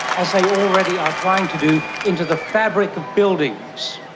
as they already are trying to do, into the fabric of buildings.